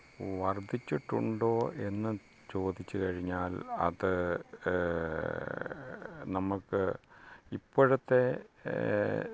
വർദ്ധിച്ചിട്ടുണ്ടോ എന്ന് ചോദിച്ചുകഴിഞ്ഞാൽ അത് നമുക്ക് ഇപ്പോഴത്തെ